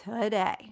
today